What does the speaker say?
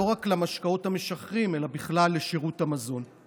לא רק למשקאות המשכרים אלא בכלל לשירות המזון.